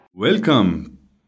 Welcome